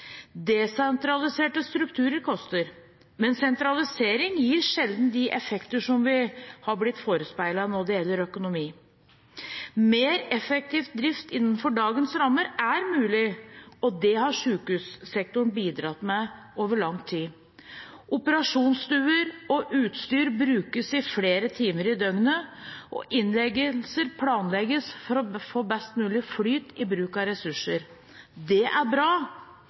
Desentraliserte strukturer koster, men sentralisering gir sjelden de effekter som vi har blitt forespeilet når det gjelder økonomi. Mer effektiv drift innenfor dagens rammer er mulig, og det har sykehussektoren bidratt med over lang tid. Operasjonsstuer og utstyr brukes i flere timer i døgnet, og innleggelser planlegges for å få best mulig flyt i bruk av ressurser. Det er bra,